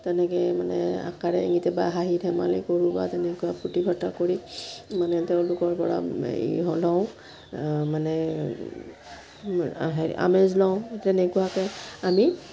তেনেকে মানে আকাৰে ইংগিতে বা হাঁহি ধেমালি কৰোঁ বা তেনেকুৱা ফূৰ্তি ফাৰ্তা কৰি মানে তেওঁলোকৰ পৰা লওঁ মানে হেৰি আমেজ লওঁ তেনেকুৱাকে আমি